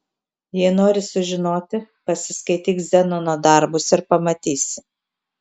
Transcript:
jei nori sužinoti pasiskaityk zenono darbus ir pamatysi